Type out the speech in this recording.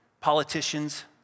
politicians